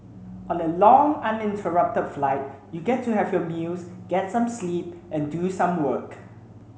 on a long uninterrupted flight you get to have your meals get some sleep and do some work